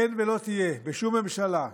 אין ולא יהיה בשום ממשלה,